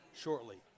shortly